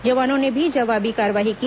जवानों ने भी जवाबी कार्रवाई की